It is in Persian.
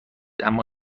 اما